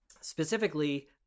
specifically